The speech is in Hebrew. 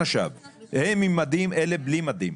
הם עם מדים, אלה בלי מדים.